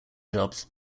jobs